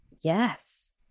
Yes